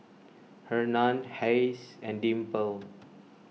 Hernan Hayes and Dimple